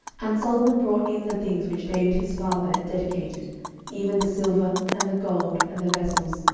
and solomon brought in the things which david his father had dedicated even the silver, and the gold, and the vessels,